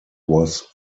was